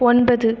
ஒன்பது